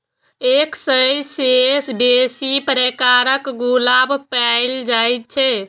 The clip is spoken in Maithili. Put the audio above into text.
एक सय सं बेसी प्रकारक गुलाब पाएल जाए छै